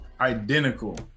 identical